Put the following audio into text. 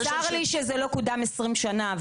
צר לי שזה לא קודם עשרים שנה,